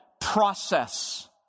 process